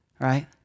right